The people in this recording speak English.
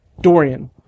Dorian